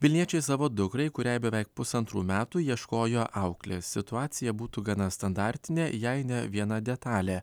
vilniečiai savo dukrai kuriai beveik pusantrų metų ieškojo auklės situacija būtų gana standartinė jei ne viena detalė